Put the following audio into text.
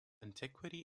antiquity